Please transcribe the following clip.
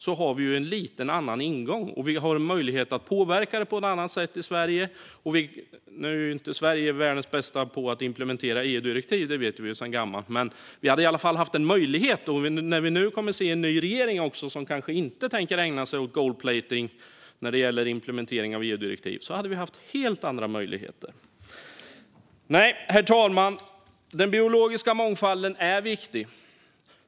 Då har vi en lite annan ingång, och vi har en möjlighet att påverka det på ett annat sätt i Sverige. Nu är inte Sverige världens bästa på att implementera EU-direktiv - det vet vi sedan gammalt. Men vi skulle i alla fall ha en möjlighet. Och när vi nu kommer att se en ny regering som kanske inte tänker ägna sig åt gold-plating när det gäller implementering av EU-direktiv skulle vi ha helt andra möjligheter. Herr talman! Den biologiska mångfalden är viktig.